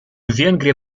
венгрия